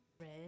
Red